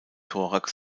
thorax